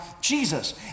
Jesus